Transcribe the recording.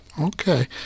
Okay